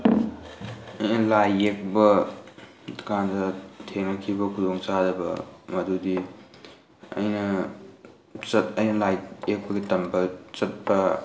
ꯑꯩꯅ ꯂꯥꯏ ꯌꯦꯛꯄꯀꯥꯟꯗ ꯊꯦꯡꯅꯈꯤꯕ ꯈꯨꯗꯣꯡ ꯆꯥꯗꯕ ꯃꯗꯨꯗꯤ ꯑꯩꯅ ꯆꯠ ꯑꯩꯅ ꯂꯥꯏ ꯌꯦꯛꯄꯒꯤ ꯇꯝꯕ ꯆꯠꯄ